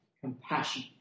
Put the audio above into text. compassion